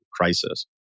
crisis